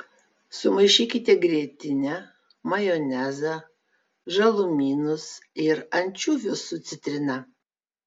sumaišykite grietinę majonezą žalumynus ir ančiuvius su citrina